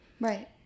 right